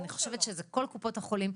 אני חושבת שזה כל קופות החולים,